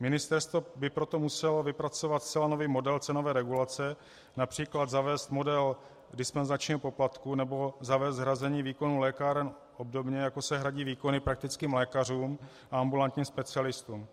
Ministerstvo by proto muselo vypracovat zcela nový model cenové regulace, například zavést model dispenzačního poplatku nebo zavést hrazení výkonu lékáren obdobně, jako se hradí výkony praktickým lékařům a ambulantním specialistům.